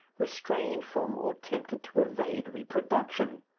restrained from or tempted to evade reproduction!